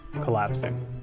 collapsing